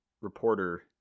reporter